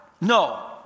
No